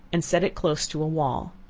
and set it close to a wall.